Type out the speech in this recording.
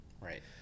Right